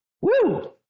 Woo